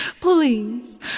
Please